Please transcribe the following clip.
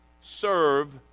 serve